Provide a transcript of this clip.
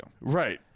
Right